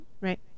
right